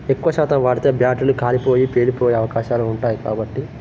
ఎక్కువ శాతం వాడితే బ్యాటరీలు కాలిపోయి పేలిపోయే అవకాశాలు ఉంటాయి కాబట్టి